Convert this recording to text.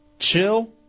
chill